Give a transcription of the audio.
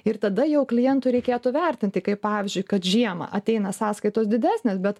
ir tada jau klientui reikėtų vertinti kaip pavyzdžiui kad žiemą ateina sąskaitos didesnės bet